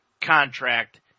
contract